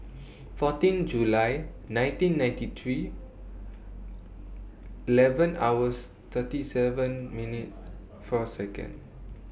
fourteen July nineteen ninety three eleven hours thirty seven minute four Second